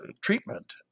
treatment